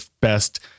best